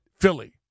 Philly